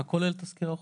מה כולל תסקיר החוק?